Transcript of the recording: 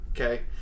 okay